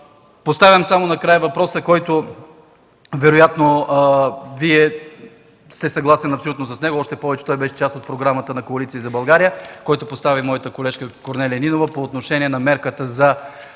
поставям въпроса, с който вероятно Вие сте съгласни абсолютно, още повече той беше част от програмата на Коалиция за България, който постави моята колежка Корнелия Нинова, по отношение на мярката за